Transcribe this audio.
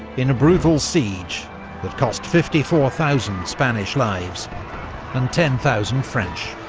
in a brutal siege that cost fifty four thousand spanish lives and ten thousand french.